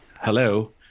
hello